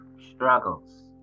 struggles